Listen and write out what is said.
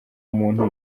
umuntu